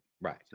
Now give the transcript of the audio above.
Right